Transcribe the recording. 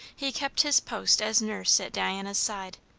he kept his post as nurse at diana's side.